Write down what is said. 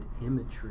imagery